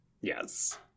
Yes